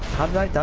hundred